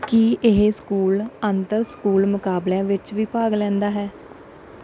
ਕੀ ਇਹ ਸਕੂਲ ਅੰਤਰ ਸਕੂਲ ਮੁਕਾਬਲਿਆਂ ਵਿੱਚ ਵੀ ਭਾਗ ਲੈਂਦਾ ਹੈ